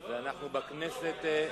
אנחנו בכנסת,